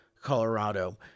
Colorado